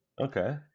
Okay